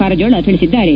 ಕಾರಜೋಳ ತಿಳಿಸಿದ್ದಾರೆ